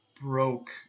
broke